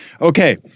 Okay